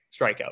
strikeout